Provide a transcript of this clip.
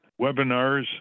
webinars